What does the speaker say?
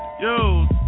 yo